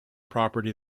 property